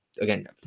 Again